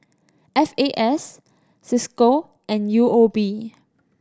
F A S Cisco and U O B